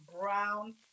brown